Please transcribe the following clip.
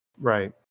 Right